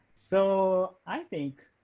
so i think